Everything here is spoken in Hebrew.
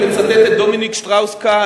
אני מצטט את דומיניק שטראוס-קאהן,